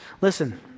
Listen